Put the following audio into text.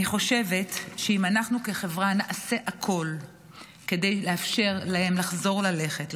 אני חושבת שאם אנחנו כחברה נעשה הכול כדי לאפשר להם לחזור ללכת,